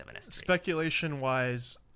Speculation-wise